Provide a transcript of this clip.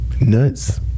nuts